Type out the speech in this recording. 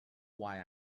why